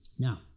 Now